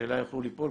שאליה יוכלו ליפול,